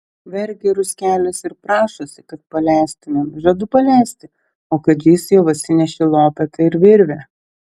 verkia ruskelis ir prašosi kad paleistumėm žadu paleisti o kadžys jau atsinešė lopetą ir virvę